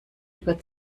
über